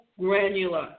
granular